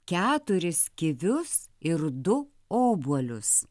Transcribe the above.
keturis kivius ir du obuolius